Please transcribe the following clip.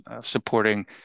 supporting